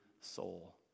soul